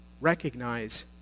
recognize